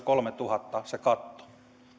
kolmetuhatta se katto